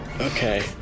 Okay